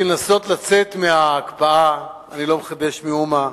בשביל לנסות לצאת מההקפאה אני לא מחדש מאומה,